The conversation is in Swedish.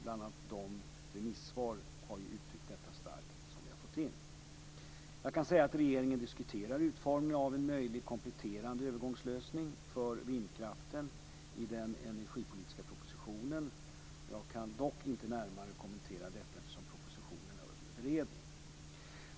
Bl.a. i de remissvar som vi har fått in uttrycks detta starkt. Jag kan säga att regeringen diskuterar utformningen av en möjlig kompletterande övergångslösning för vindkraften i den energipolitiska propositionen. Jag kan dock inte närmare kommentera detta, eftersom propositionen är under beredning.